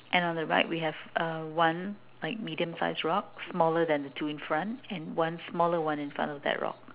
and on the right we have uh one like medium sized rock smaller than the two in front and one smaller one in front of that rock